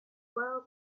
well